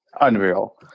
unreal